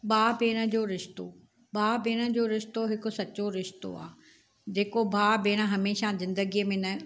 भाउ भेण जो रिश्तो भाउ भेण जो रिश्तो हिकु सचो रिश्तो आहे जेको भाउ भेण हमेशा ज़िंदगीअ में न